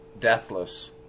deathless